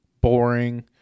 boring